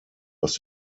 aus